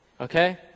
okay